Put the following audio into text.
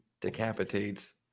decapitates